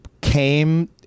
came